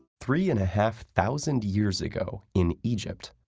three and a half thousand years ago in egypt,